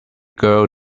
girl